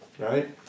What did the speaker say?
right